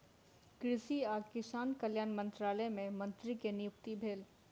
कृषि आ किसान कल्याण मंत्रालय मे मंत्री के नियुक्ति भेल